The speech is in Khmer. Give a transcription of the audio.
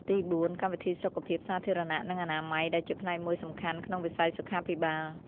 ទីបួន កម្មវិធីសុខភាពសាធារណៈ និងអនាម័យ ដែលជាផ្នែកមួយសំខាន់ក្នុងវិស័យសុខាភិបាល។